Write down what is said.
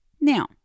Now